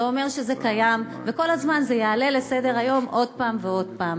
זה אומר שזה קיים וכל הזמן זה יעלה לסדר-היום עוד פעם ועוד פעם.